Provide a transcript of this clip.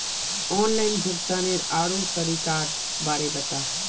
online भुग्तानेर आरोह तरीकार बारे बता